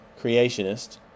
creationist